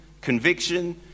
conviction